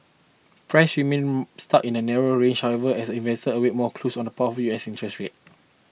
prices remained stuck in a narrow range however as investors awaited more clues on the path of U S interest rates